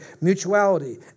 mutuality